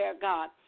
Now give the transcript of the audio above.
God